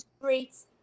Streets